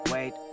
Wait